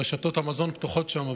רשתות המזון, פתוחות שם.